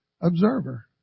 observer